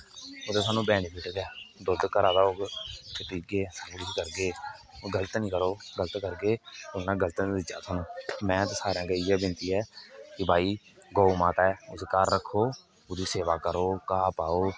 ओहदे सानू बेनीफिट गै एह् दुद्ध घरा दा होग अस पीगे किश करगे गल्त नेई करो गल्त करगे ओहदा गल्त नतीजा सानू में ते सारे अग्गे इयै बिनती ऐ कि भाई गौ माता ऐ एहदी सेवा करो घा पाओ